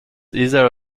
either